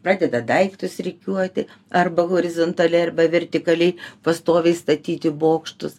pradeda daiktus rikiuoti arba horizontaliai arba vertikaliai pastoviai statyti bokštus